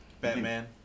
Batman